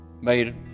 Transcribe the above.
made